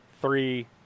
three